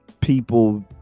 people